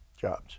jobs